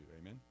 Amen